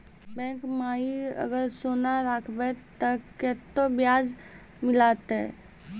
Bank माई अगर सोना राखबै ते कतो ब्याज मिलाते?